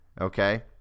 okay